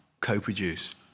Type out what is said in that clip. co-produce